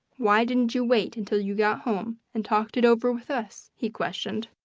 why didn't you wait until you got home and talked it over with us? he questioned.